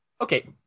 Okay